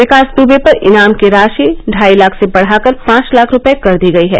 विकास दुबे पर ईनाम की राशि ढाई लाख से बढाकर पांच लाख रूपये कर दी गई है